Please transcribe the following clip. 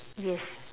yes